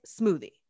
smoothie